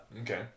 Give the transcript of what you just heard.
Okay